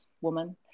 woman